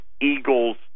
Eagles